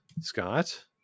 scott